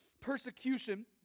persecution